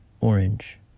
orange